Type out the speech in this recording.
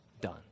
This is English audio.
Done